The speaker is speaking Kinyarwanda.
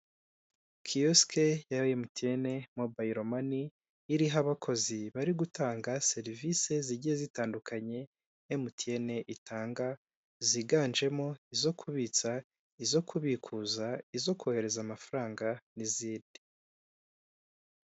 Kiyosiki ya MTN mobayiro mani, iriho abakozi bari gutanga serivisi zigiye zitandukanye MTN itanga, ziganjemo izo kubitsa, izo kubikuza, izo kohereza amafaranga n'izindi.